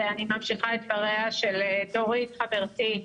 אני ממשיכה את דבריה של דורית חברתי,